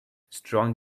strong